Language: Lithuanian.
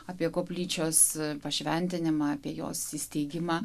apie koplyčios pašventinimą apie jos įsteigimą